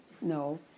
No